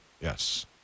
yes